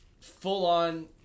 full-on